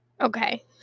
Okay